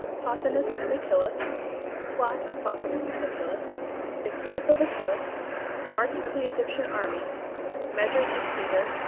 pothinus and achillas plot of pothinus and achillas escape of achillas march of the egyptian army measures of caesar.